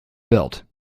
built